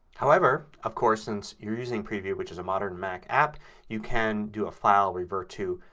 however, of course, since you're using preview which is a modern mac app you can do a file, revert to,